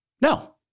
No